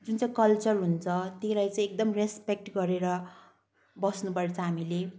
जुन चाहिँ कल्चर हुन्छ त्यसलाई चाहिँ एकदम रेस्पेक्ट गरेर बस्नुपर्छ हामीले